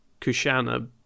Kushana